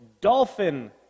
dolphin